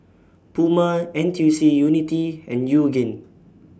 Puma N T U C Unity and Yoogane